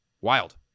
wild